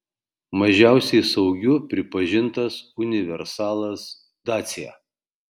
mažiausiai saugiu pripažintas universalas dacia